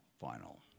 final